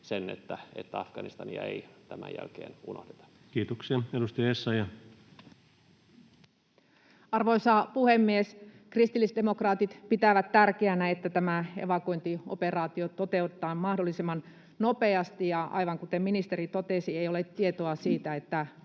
sen, että Afganistania ei tämän jälkeen unohdeta. Kiitoksia. — Edustaja Essayah. Arvoisa puhemies! Kristillisdemokraatit pitävät tärkeänä, että tämä evakuointioperaatio toteutetaan mahdollisimman nopeasti. Aivan kuten ministeri totesi, ei ole tietoa siitä,